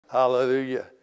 Hallelujah